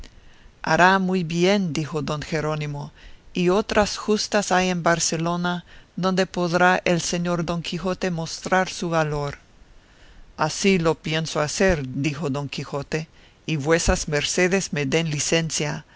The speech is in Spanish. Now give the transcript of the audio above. hará muy bien dijo don jerónimo y otras justas hay en barcelona donde podrá el señor don quijote mostrar su valor así lo pienso hacer dijo don quijote y vuesas mercedes me den licencia